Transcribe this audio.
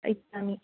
इच्छामि